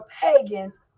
pagans